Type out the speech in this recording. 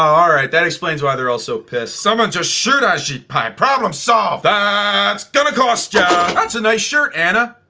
um alright. that explains why they're all so pissed. someone just shoot ah ajit pai. problem solved. that's gonna cost ya. that's a nice shirt anna.